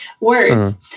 words